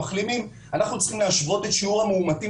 מחלימים - אנחנו צריכים להשוות את שיעור המאומתים